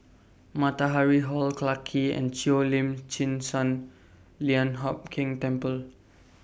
Matahari Hall Clarke Quay and Cheo Lim Chin Sun Lian Hup Keng Temple